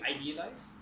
idealize